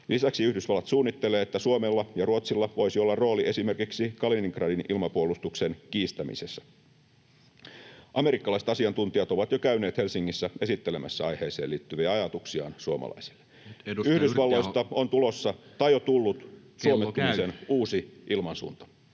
Lisäksi Yhdysvallat suunnittelee, että Suomella ja Ruotsilla voisi olla rooli esimerkiksi Kaliningradin ilmapuolustuksen kiistämisessä. Amerikkalaiset asiantuntijat ovat jo käyneet Helsingissä esittelemässä aiheeseen liittyviä ajatuksiaan suomalaisille. Yhdysvalloista on tulossa tai on jo tullut suomettumisen uusi ilmansuunta.